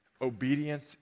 Obedience